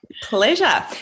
Pleasure